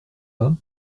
pas